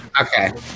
Okay